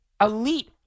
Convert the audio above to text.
elite